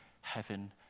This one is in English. heaven